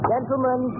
Gentlemen